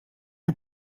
you